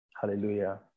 Hallelujah